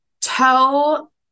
tell